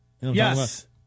Yes